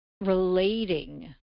relating